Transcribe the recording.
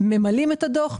ממלאים את הדוח,